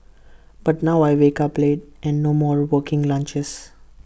but now I wake up late and no more working lunches